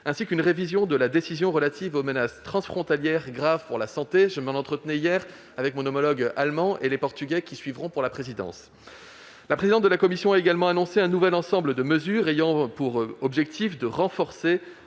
ainsi qu'une révision de la décision relative aux menaces transfrontalières graves pour la santé. Je m'en entretenais hier avec mes homologues allemand et portugais- le Portugal devant assurer la prochaine présidence de l'Union. La présidente de la Commission européenne a également annoncé un nouvel ensemble de mesures ayant pour objectif de renforcer